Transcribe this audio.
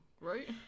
right